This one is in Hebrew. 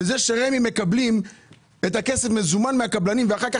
זה שרמ"י מקבלים את הכסף במזומן מהקבלנים ואחר כך